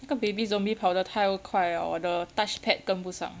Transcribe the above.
那个 baby zombie 跑得太快我的 touchpad 跟不上